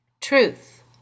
Truth